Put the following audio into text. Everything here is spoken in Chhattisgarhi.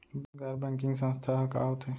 गैर बैंकिंग संस्था ह का होथे?